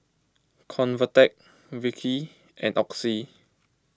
Convatec Vichy and Oxy